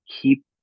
keep